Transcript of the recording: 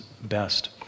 best